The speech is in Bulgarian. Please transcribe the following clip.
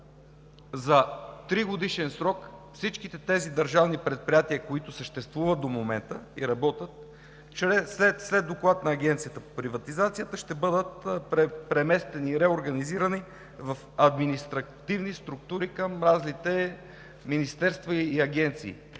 за тригодишен срок всичките тези държавни предприятия, които съществуват до момента и работят, след доклад на Агенцията по приватизацията ще бъдат преместени и реорганизирани в административни структури към разните министерства и агенции,